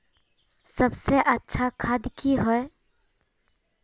सबसे अच्छा खाद की होय?